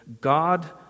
God